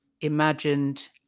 imagined